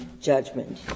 judgment